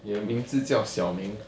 你的名字叫小明